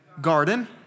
garden